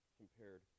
compared